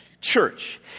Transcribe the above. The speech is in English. church